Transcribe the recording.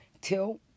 till